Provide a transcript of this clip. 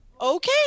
Okay